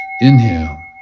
Inhale